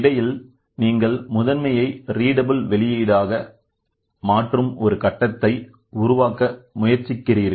இடையில் நீங்கள் முதன்மையை ரீடபிள் வெளியீடாக மாற்றும் ஒரு கட்டத்தை உருவாக்க முயற்சிக்கிறார்கள்